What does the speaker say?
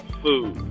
food